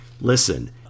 Listen